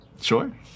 Sure